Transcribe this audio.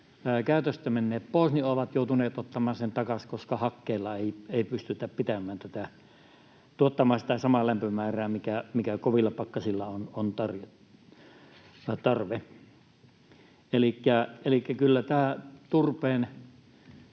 käytöstä menneet pois, ovat joutuneet ottamaan sen takaisin, koska hakkeilla ei pystytä tuottamaan sitä samaa lämpömäärää, mihin kovilla pakkasilla on tarve. Elikkä kyllä tämä turpeen